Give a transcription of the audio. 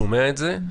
שומע את זה,